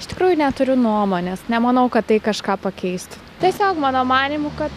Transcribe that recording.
iš tikrųjų neturiu nuomonės nemanau kad tai kažką pakeistų tiesiog mano manymu kad